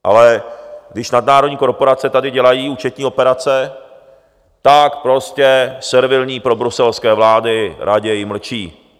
Ale když nadnárodní korporace tady dělají účetní operace, tak prostě servilní probruselské vlády raději mlčí.